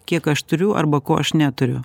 kiek aš turiu arba ko aš neturiu